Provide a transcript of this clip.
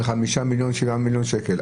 של חמישה או שבעה מיליון שקלים.